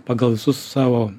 pagal visus savo